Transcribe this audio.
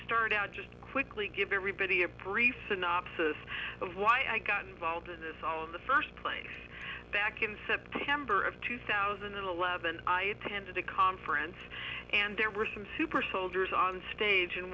start out just quickly give everybody a brief synopsis of why i got involved in the first place back in september of two thousand and eleven i attended a conference and there were some super soldiers on stage and